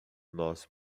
nós